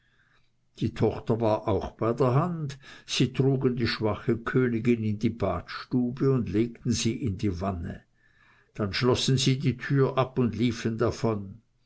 ihre tochter war auch bei der hand sie trugen die schwache königin in die badstube und legten sie in die wanne dann schlossen sie die tür ab und liefen davon